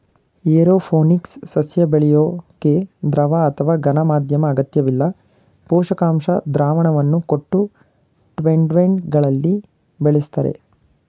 aeroponics ಸಸ್ಯ ಬೆಳ್ಯೋಕೆ ದ್ರವ ಅಥವಾ ಘನ ಮಾಧ್ಯಮ ಅಗತ್ಯವಿಲ್ಲ ಪೋಷಕಾಂಶ ದ್ರಾವಣವನ್ನು ಕೊಟ್ಟು ಟೆಂಟ್ಬೆಗಳಲ್ಲಿ ಬೆಳಿಸ್ತರೆ